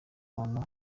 umuntu